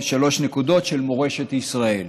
של מורשת ישראל".